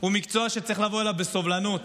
הוא מקצוע שצריך לבוא אליו בסובלנות,